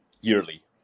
yearly